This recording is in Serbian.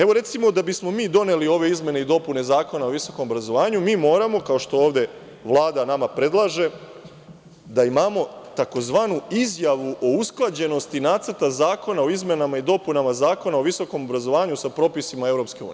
Evo, recimo, da bismo mi doneli ove izmene i dopune Zakona o visokom obrazovanju, mi moramo, kao što ovde Vlada nama predlaže, da imamo tzv. izjavu o usklađenosti Nacrta zakona o izmenama i dopunama Zakona o visokom obrazovanju sa propisima EU.